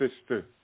sister